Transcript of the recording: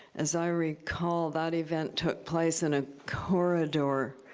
as i recall, that event took place in a corridor,